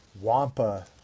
Wampa